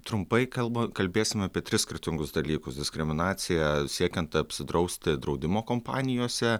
trumpai kalba kalbėsime apie tris skirtingus dalykus diskriminacija siekiant apsidrausti draudimo kompanijose